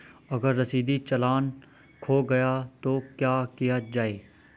अगर रसीदी चालान खो गया तो क्या किया जाए?